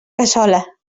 cassola